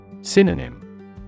Synonym